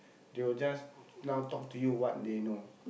they will just now talk to you what they know